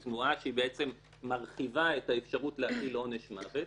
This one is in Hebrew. תנועה שמרחיבה את האפשרות להחיל עונש מוות,